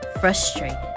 frustrated